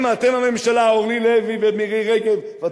בתים בבנייה, אולי תתפטר, לא,